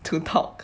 to talk